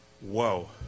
Whoa